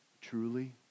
Truly